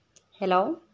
hello